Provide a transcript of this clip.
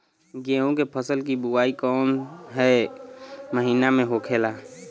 गेहूँ के फसल की बुवाई कौन हैं महीना में होखेला?